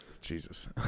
Jesus